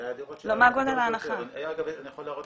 דיירי הדירות